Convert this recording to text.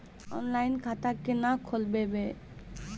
Online खाता केना खोलभैबै?